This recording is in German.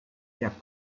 der